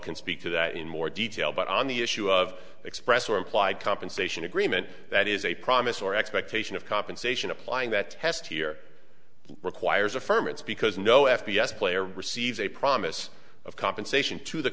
can speak to that in more detail but on the issue of express or implied compensation agreement that is a promise or expectation of compensation applying that test here requires a firm it's because no f p s player receives a promise of compensation to the